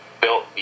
built